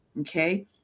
Okay